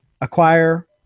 acquire